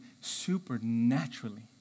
supernaturally